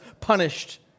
punished